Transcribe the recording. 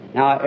Now